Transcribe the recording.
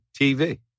TV